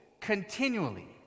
continually